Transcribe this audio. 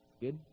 Good